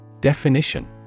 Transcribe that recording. Definition